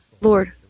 Lord